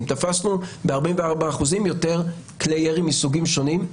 תפסנו ב-44% יותר כלי ירי מסוגים שונים.